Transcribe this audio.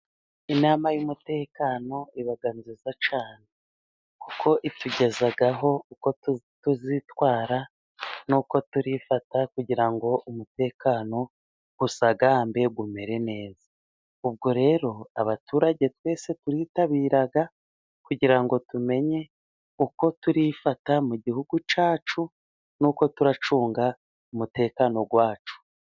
Inama y'umutekano， iba nziza cyane， kuko itugezaho uko tuzitwara n'uko turifata，kugira ngo umutekano usagambe umere neza. Ubwo rero abaturage twese turitabira， kugira ngo tumenye uko turifata mu gihugu cyacu，n’uko turacunga umutekano wacu.